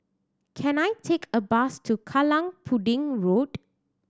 can I take a bus to Kallang Pudding Road